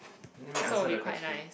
let me answer the question